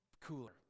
cooler